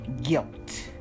guilt